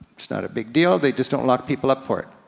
it's not a big deal, they just don't lock people up for it.